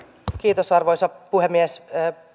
kiitos arvoisa puhemies